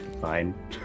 Fine